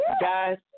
guys